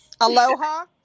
Aloha